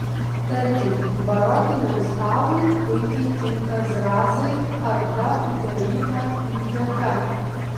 tarkim barokiniam stalui puikiai tinka zrazai arba įdaryta lydeka